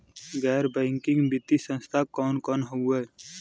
गैर बैकिंग वित्तीय संस्थान कौन कौन हउवे?